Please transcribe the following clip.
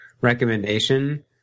recommendation